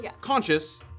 conscious